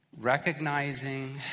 Recognizing